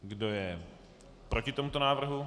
Kdo je proti tomuto návrhu?